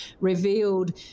revealed